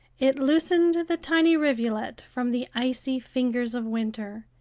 it loosened the tiny rivulet from the icy fingers of winter,